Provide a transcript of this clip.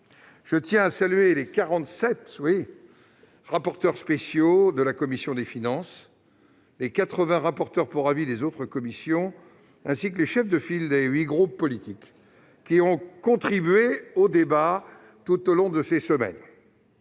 aussi les quarante-sept rapporteurs spéciaux de la commission des finances, les quatre-vingts rapporteurs pour avis des autres commissions et les chefs de file des huit groupes politiques, qui ont contribué au débat tout au long de ces semaines.